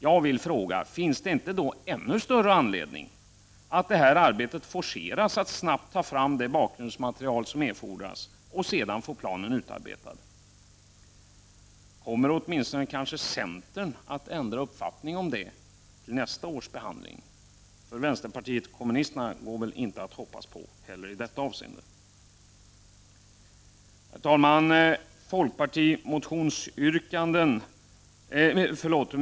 Jag vill fråga: Finns det då inte ännu större anledning att forcera det här arbetet, så att man snabbt kan ta fram det bakgrundsmaterial som erfordras för att sedan få planen utarbetad? Kommer åtminstone ni i centern att ändra uppfattning på den punkten till nästa års behandling av den frågan? Vänsterpartiet kommunisterna går det väl inte att hoppas på i detta avseende heller. Herr talman!